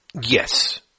Yes